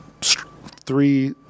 Three